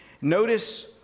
Notice